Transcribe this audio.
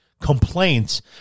complaints